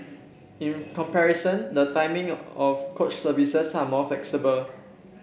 in comparison the timing of coach services are more flexible